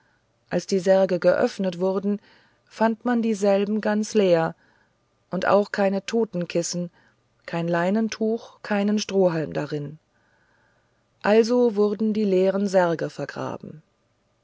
als die särge geöffnet wurden fand man dieselben ganz leer und auch kein totenkissen kein leinentuch keinen strohhalm darin also wurden die leeren särge vergraben